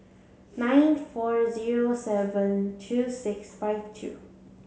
nine four zero seven two six five two